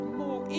more